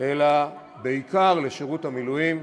אלא בעיקר לשירות המילואים.